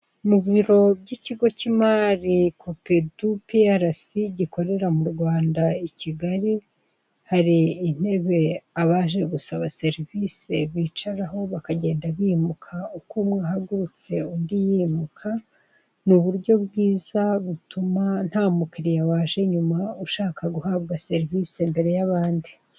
Mu biro by'ikigo cy'imari kopedu piyarasi gikorera mu Rwanda i kigali hari intebe abaje gusaba serivise bicaraho bakagenda bimuka uko umwe ahagurutse undi yimuka, ni uburyo bwiza butuma nta mukiliya waje nyuma ushaka guhabwa serivise mbere y'abandi.